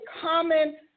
Common